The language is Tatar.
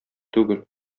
түгел